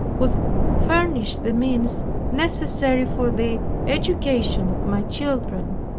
would furnish the means necessary for the education of my children.